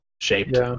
Shaped